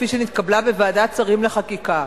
שנתקבלה בוועדת שרים לחקיקה.